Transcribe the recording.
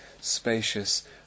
spacious